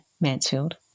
Mansfield